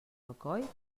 alcoi